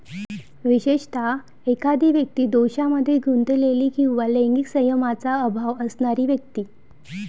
विशेषतः, एखादी व्यक्ती दोषांमध्ये गुंतलेली किंवा लैंगिक संयमाचा अभाव असणारी व्यक्ती